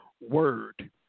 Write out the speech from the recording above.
word